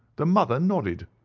the mother nodded.